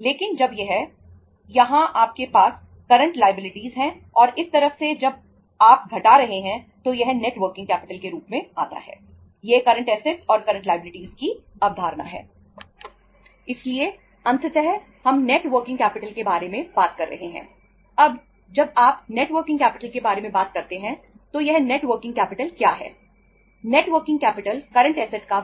लेकिन जब यहाँ आपके पास करंट लायबिलिटीज का